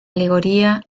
alegoría